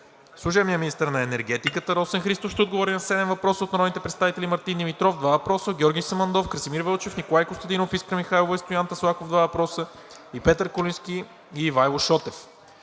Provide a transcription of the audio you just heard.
Служебният министър на енергетиката Росен Христов ще отговори на седем въпроса от народните представители Мартин Димитров – два въпроса; Георги Самандов; Красимир Вълчев; Николай Костадинов, Искра Михайлова и Стоян Таслаков – два въпроса; и Петър Куленски и Ивайло Шотев.